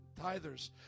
tithers